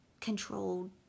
controlled